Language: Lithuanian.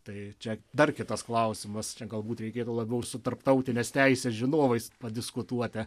tai čia dar kitas klausimas galbūt reikėtų labiau su tarptautinės teisės žinovais padiskutuoti